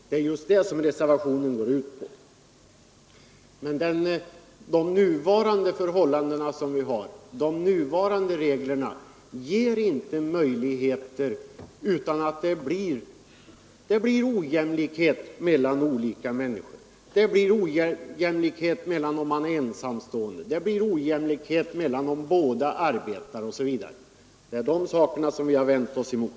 Det är detta som reservationen går ut på. Med de nuvarande reglerna blir det ojämlikhet mellan olika människor; det blir ojämlikhet för de ensamstående, och det blir ojämlikhet i de fall där båda arbetar osv. Detta har vi vänt oss emot.